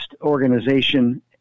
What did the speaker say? organization